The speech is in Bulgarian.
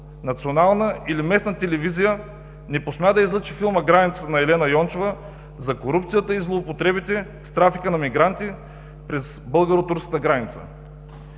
национална или местна телевизия не посмя да излъчи филма „Граница“ на Елена Йончева за корупцията и злоупотребите с трафика на мигранти през българо-турската граница.